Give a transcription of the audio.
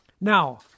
Now